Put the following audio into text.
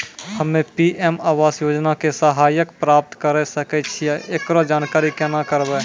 हम्मे पी.एम आवास योजना के सहायता प्राप्त करें सकय छियै, एकरो जानकारी केना करबै?